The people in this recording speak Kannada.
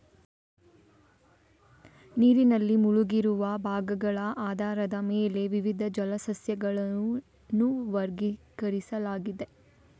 ನೀರಿನಲ್ಲಿ ಮುಳುಗಿರುವ ಭಾಗಗಳ ಆಧಾರದ ಮೇಲೆ ವಿವಿಧ ಜಲ ಸಸ್ಯಗಳನ್ನು ವರ್ಗೀಕರಿಸಲಾಗಿದೆ